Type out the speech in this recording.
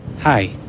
Hi